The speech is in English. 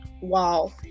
Wow